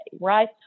right